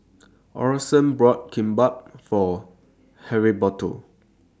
Orson bought Kimbap For Heriberto